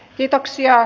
kiitoksia